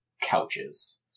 couches